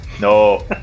no